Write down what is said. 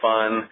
Fun